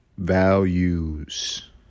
values